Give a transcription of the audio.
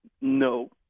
no